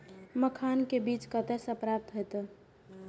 मखान के बीज कते से प्राप्त हैते?